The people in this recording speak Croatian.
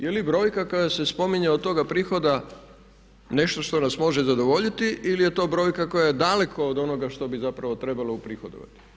Je li brojka koja se spominje od toga prihoda nešto što nas može zadovoljiti ili je to brojka koja je daleko od onoga što bi zapravo trebalo uprihodovati?